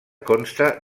consta